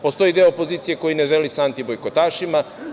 Postoji deo opozicije koji ne želi sa antibojkotašima.